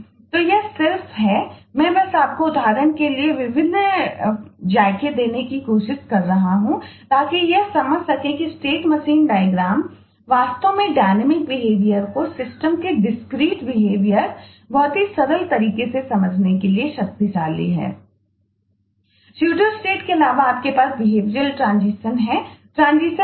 तो यह सिर्फ है मैं बस आपको उदाहरणों के विभिन्न जायके देने की कोशिश कर रहा हूं ताकि यह समझ सकें कि स्टेट मशीन डायग्राम बहुत ही सरल तरीके से समझने के लिए शक्तिशाली हैं